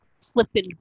flipping